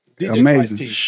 Amazing